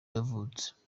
yavutse